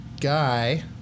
guy